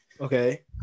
Okay